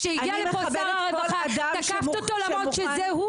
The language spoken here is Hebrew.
כשהגיע לפה שר הרווחה תקפת אותו למרות שזה הוא